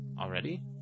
already